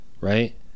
right